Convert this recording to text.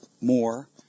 more